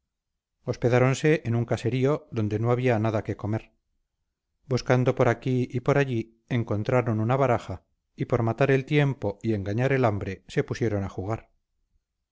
barco hospedáronse en un caserío donde no había nada que comer buscando por aquí y por allí encontraron una baraja y por matar el tiempo y engañar el hambre se pusieron a jugar